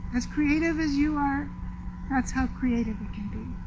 as creative as you are that's how creative it can be.